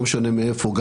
זה